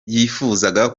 yifuzaga